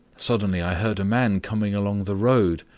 suddenly i heard a man coming along the road.